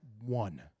one